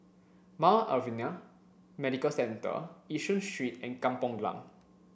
Mount Alvernia Medical Centre Yishun Street and Kampong Glam